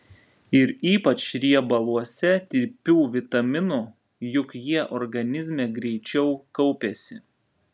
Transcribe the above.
ir ypač riebaluose tirpių vitaminų juk jie organizme greičiau kaupiasi